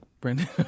Brandon